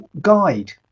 guide